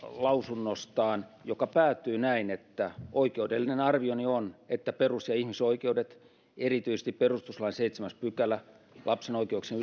lausunnostaan joka päättyy näin että oikeudellinen arvioni on että perus ja ihmisoikeudet erityisesti perustuslain seitsemäs pykälä lapsen oikeuksien